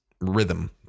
rhythm